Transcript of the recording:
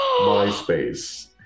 MySpace